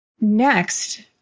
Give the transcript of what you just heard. Next